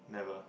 never